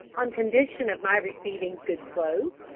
on condition of my receiving good clothes,